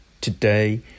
Today